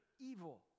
evil